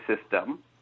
system